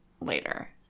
later